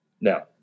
Now